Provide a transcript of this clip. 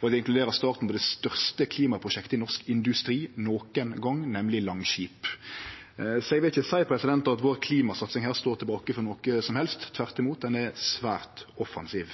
Det inkluderer starten på det største klimaprosjektet i norsk industri nokon gong, nemleg Langskip. Så eg vil ikkje seie at klimasatsinga vår her står tilbake for noko som helst. Tvert imot er ho svært offensiv.